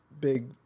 big